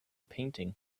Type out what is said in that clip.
painting